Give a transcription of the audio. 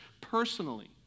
personally